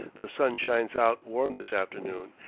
the sun shines out warm this afternoon,